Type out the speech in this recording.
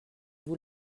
vous